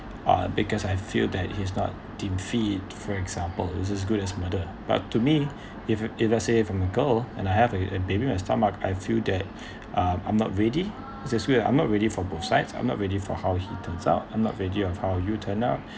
um because I feel that he's not deem fit for example who is as good as murder but to me if you if you say from the girl and I have a a baby in my stomach I feel that um I'm not ready it's just weird I'm not ready for both sides I'm not ready for how he turns out I'm not ready of how you turn up